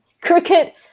Cricket